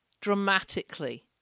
dramatically